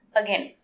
again